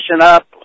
up